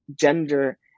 gender